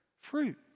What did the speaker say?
fruit